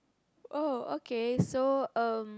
oh okay so um